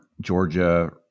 Georgia